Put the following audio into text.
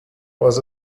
was